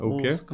Okay